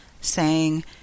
saying